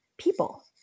people